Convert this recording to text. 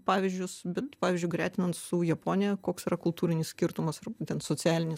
pavyzdžius bet pavyzdžiui gretinant su japonija koks yra kultūrinis skirtumas ir būtent socialinis